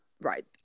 right